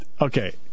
Okay